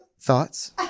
Thoughts